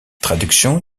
traduction